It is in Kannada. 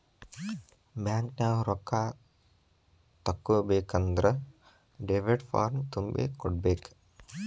ಬ್ಯಾಂಕ್ನ್ಯಾಗ ರೊಕ್ಕಾ ತಕ್ಕೊಬೇಕನ್ದ್ರ ಡೆಬಿಟ್ ಫಾರ್ಮ್ ತುಂಬಿ ಕೊಡ್ಬೆಕ್